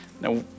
Now